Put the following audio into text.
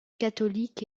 catholique